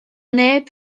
neb